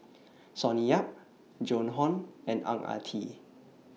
Sonny Yap Joan Hon and Ang Ah Tee